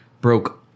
broke